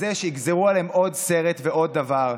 לזה שיגזרו עליהן עוד סרט ועוד דבר.